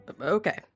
Okay